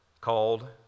called